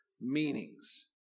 meanings